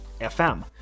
FM